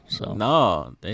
No